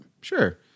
Sure